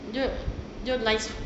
dia dia